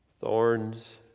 Thorns